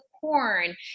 corn